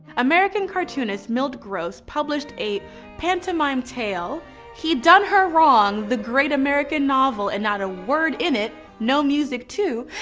american cartoonist, milt gross, published the pantomime tale he done her wrong the great american novel and not a word in it no music, too,